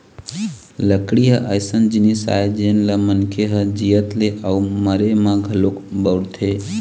लकड़ी ह अइसन जिनिस आय जेन ल मनखे ह जियत ले अउ मरे म घलोक बउरथे